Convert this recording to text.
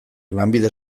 lanbide